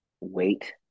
wait